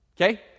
Okay